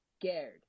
scared